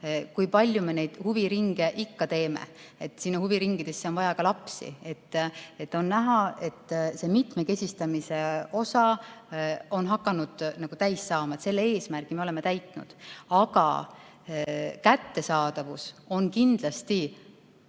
kui palju me neid huviringe ikka teeme, nendesse huviringidesse on vaja ka lapsi. On näha, et see mitmekesistamise ülesanne on hakanud nagu lõppema, selle eesmärgi me oleme täitnud. Aga kättesaadavus on kindlasti